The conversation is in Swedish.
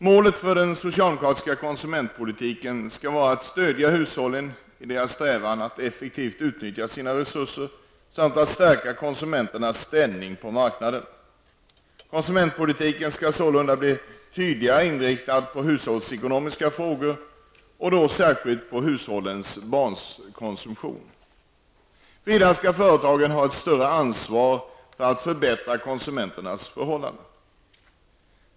Målet för den socialdemokratiska konsumentpolitiken skall vara att stödja hushållen i deras strävan att effektivt utnyttja sina resurser samt att stärka konsumenternas ställning på marknaden. Konsumentpolitiken skall sålunda bli tydligare inriktad på hushållsekonomiska frågor, och då särskilt på hushållens baskonsumtion. Vidare skall företagen ha ett större ansvar för att förbättra konsumenternas förhållanden.